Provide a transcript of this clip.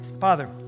Father